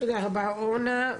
תודה רבה אורנה,